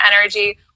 energy